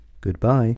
goodbye